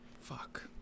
Fuck